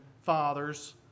fathers